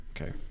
Okay